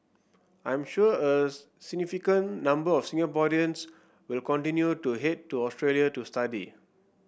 I'm sure a significant number of Singaporeans will continue to head to Australia to study